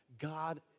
God